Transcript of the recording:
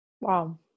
Wow